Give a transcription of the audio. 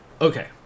Okay